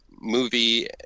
movie